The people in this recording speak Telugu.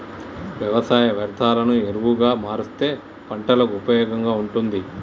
వ్యవసాయ వ్యర్ధాలను ఎరువుగా మారుస్తే పంటలకు ఉపయోగంగా ఉంటుంది